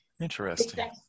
Interesting